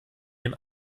dem